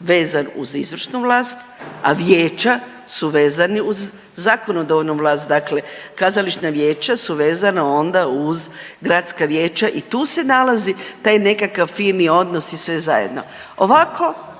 vezan uz izvršnu vlast, a vijeća su vezana uz zakonodavnu vlast. Dakle, kazališna vijeća su vezana onda uz gradska vijeća i tu se nalazi taj nekakav fini odnos i sve zajedno. Ovako